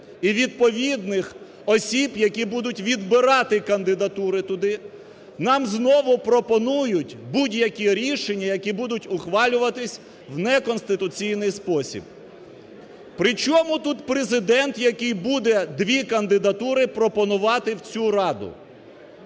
і відповідних осіб, які будуть відбирати кандидатури туди, нам знову пропонують будь-які рішення, які будуть ухвалюватись в неконституційний спосіб. Причому тут Президент, який буде дві кандидатури пропонувати в цю раду?